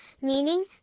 meaning